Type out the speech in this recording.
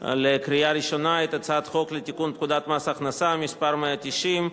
לקריאה ראשונה את הצעת חוק לתיקון פקודת מס הכנסה (מס' 190)